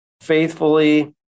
faithfully